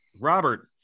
Robert